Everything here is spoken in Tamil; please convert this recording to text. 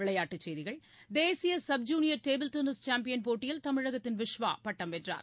விளையாட்டுச் செய்திகள் தேசிய sub junior table tennis champion போட்டியில் தமிழகத்தின் விஷ்வா பட்டம் வென்றார்